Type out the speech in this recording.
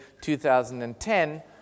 2010